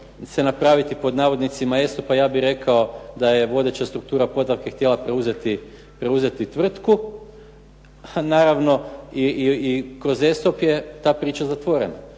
se napraviti .../Govornik se ne razumije./ ... ja bih rekao da je vodeća struktura Podravkinih tijela htjela preuzeti tvrtku. Naravno i kroz ESOP je ta priča zatvorena.